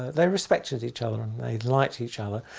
they respected each other and they liked each other,